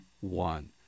one